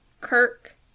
Kirk